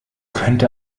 könnte